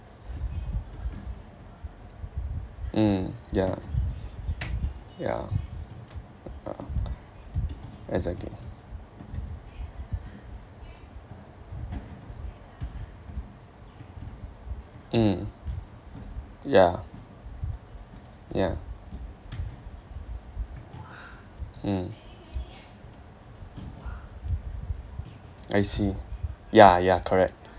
mm yeah yeah uh exactly mm yeah yeah mm I see ya ya correct